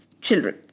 children